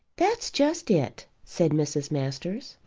that's just it, said mrs. masters.